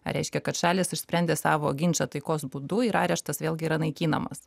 reiškia kad šalys išsprendė savo ginčą taikos būdu ir areštas vėlgi yra naikinamas